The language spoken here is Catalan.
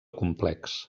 complex